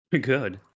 Good